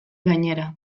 gainera